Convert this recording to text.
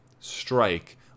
Strike